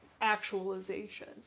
actualization